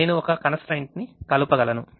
నేను ఒక constraint ని కలపగలను